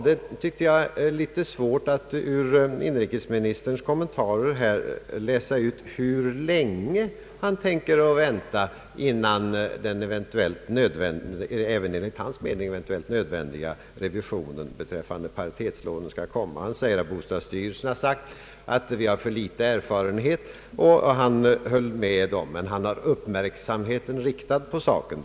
Det var litet svårt att ur inrikesmi nisterns kommentarer utläsa hur länge han tänker vänta innan den även enligt hans mening eventuellt nödvändiga revisionen = beträffade = paritetslånen skall komma. Bostadsstyrelsen har sagt att vi har för litet erfarenhet, och han håller med om detta men säger att han har uppmärksamheten riktad på saken.